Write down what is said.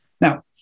Now